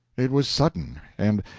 it was sudden, and,